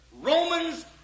Romans